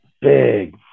big